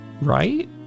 right